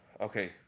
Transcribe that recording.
Okay